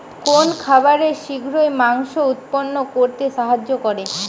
কোন খাবারে শিঘ্র মাংস উৎপন্ন করতে সাহায্য করে?